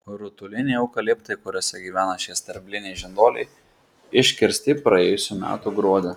rutuliniai eukaliptai kuriuose gyvena šie sterbliniai žinduoliai iškirsti praėjusių metų gruodį